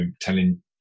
telling